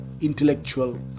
intellectual